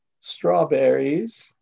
strawberries